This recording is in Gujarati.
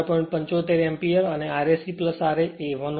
75 એમ્પીયર અને Rse ra એ 1 Ω છે